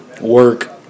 work